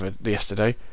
yesterday